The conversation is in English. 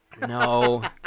No